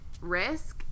risk